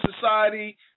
Society